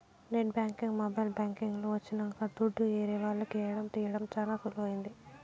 net banking mobile banking లు వచ్చినంక దుడ్డు ఏరే వాళ్లకి ఏయడం తీయడం చానా సులువైంది